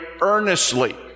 earnestly